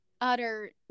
utter